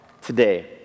today